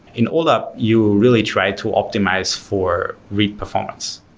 in olap, you really try to optimize for read performance.